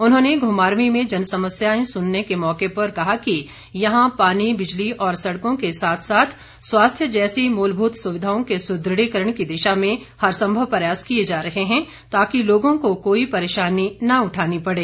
उन्होंने घुमारवीं में जनसमस्याएं सुनने के मौके पर कहा कि यहां पानी बिजली और सड़कों केसाथ साथ स्वास्थ्य जैसी मूलभूत सुविधाओं के सुदृढ़ीकरण की दिशा में हर संभव प्रयास किए जा रहे हैं ताकि लोगों को कोई परेशानी न उठानी पड़े